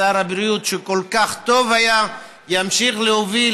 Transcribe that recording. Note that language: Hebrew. שר הבריאות שהיה כל כך טוב ימשיך להוביל